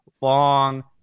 long